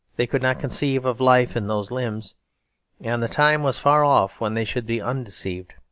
they could not conceive of life in those limbs and the time was far off when they should be undeceived.